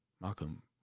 Malcolm